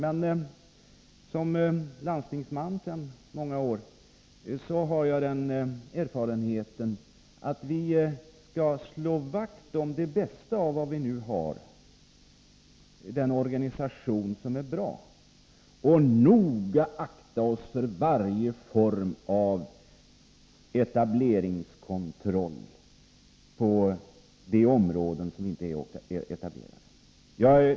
Men som landstingsman sedan många år har jag den erfarenheten att vi skall slå vakt om det bästa av vad vi nu har, den organisation som är bra, och noga akta oss för varje form av etableringskontroll på de områden som inte är reglerade.